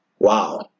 Wow